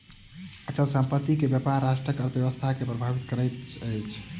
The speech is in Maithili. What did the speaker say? अचल संपत्ति के व्यापार राष्ट्रक अर्थव्यवस्था के प्रभावित करैत अछि